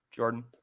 Jordan